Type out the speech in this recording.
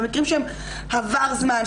מקרים שעבר זמן,